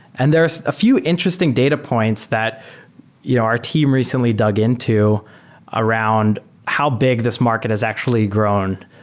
and there's a few interesting data points that yeah our team recently dug into around how big this market has actually grown.